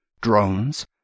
drones